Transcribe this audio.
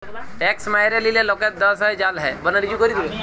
tax ম্যাইরে লিলে লকের দস হ্যয় জ্যাল হ্যয়